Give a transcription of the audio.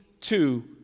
two